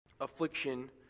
affliction